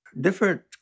Different